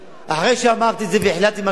אחרי שאמרתי את זה, והחלטתי מה שהחלטתי,